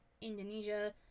Indonesia